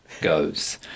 goes